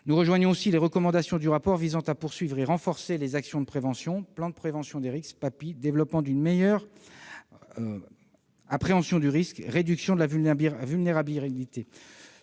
Nous rejoignons aussi les recommandations du rapport visant à poursuivre et renforcer les actions de prévention : PPR, PAPI, développement d'une meilleure appréhension du risque, réduction de la vulnérabilité.